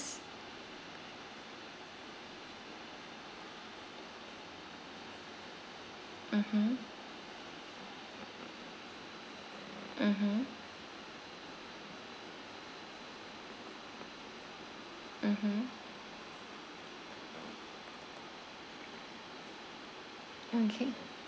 mmhmm mmhmm mmhmm okay